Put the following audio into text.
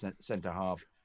centre-half